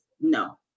no